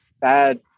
bad